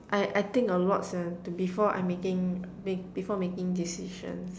I I think a lot sia before I making make before making decisions